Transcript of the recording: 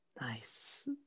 nice